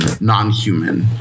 non-human